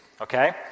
okay